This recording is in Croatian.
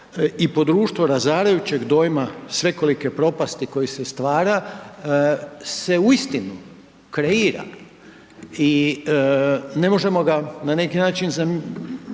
i po društvu razarajućeg dojma svekolike propasti koji se stvara se uistinu kreira i ne možemo ga na neki način zanemariti.